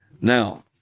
now